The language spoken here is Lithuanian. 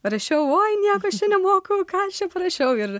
rašiau oi nieko aš čia nemoku ką aš čia parašiau ir